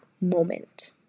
moment